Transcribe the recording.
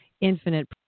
infinite